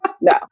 no